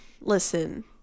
Listen